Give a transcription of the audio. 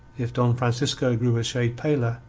if don francisco grew a shade paler,